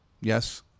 Yes